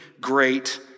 great